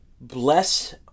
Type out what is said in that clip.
Bless